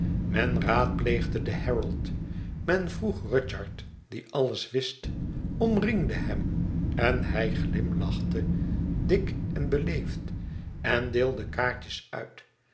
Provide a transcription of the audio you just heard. men raadpleegde den herald men vroeg rudyard die alles wist omringde hem en hij glimlachte dik en beleefd en deelde kaartjes uit